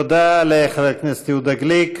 תודה לחבר הכנסת יהודה גליק.